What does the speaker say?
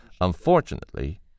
Unfortunately